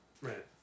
Right